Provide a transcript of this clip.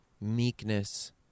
meekness